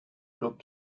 club